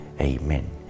Amen